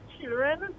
children